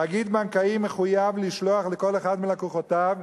תאגיד בנקאי מחויב לשלוח לכל אחד מלקוחותיו,